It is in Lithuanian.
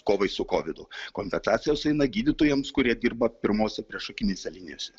kovai su kovidu kompensacijos eina gydytojams kurie dirba pirmose priešakinėse linijose